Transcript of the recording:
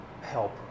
help